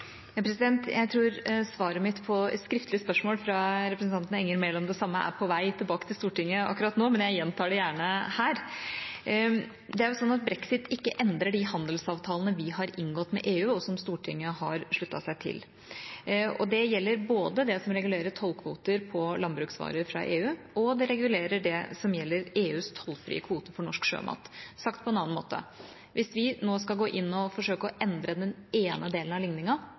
Jeg tror svaret mitt på et skriftlig spørsmål fra representanten Enger Mehl om det samme er på vei til Stortinget akkurat nå, men jeg gjentar det gjerne her: Brexit endrer ikke de handelsavtalene vi har inngått med EU, og som Stortinget har sluttet seg til. Det gjelder både det som regulerer tollkvoter for landbruksvarer fra EU, og det som regulerer EUs tollfrie kvoter for norsk sjømat. Sagt på en annen måte: Hvis vi nå skal gå inn og forsøke å endre den ene delen av